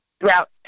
throughout